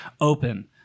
Open